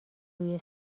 روی